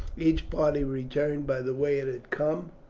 each party returned by the way it had come.